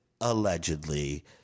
allegedly